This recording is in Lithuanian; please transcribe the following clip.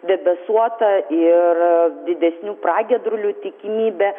debesuota ir didesnių pragiedrulių tikimybė